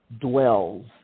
dwells